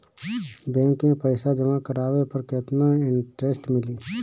Bank में पईसा जमा करवाये पर केतना इन्टरेस्ट मिली?